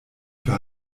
für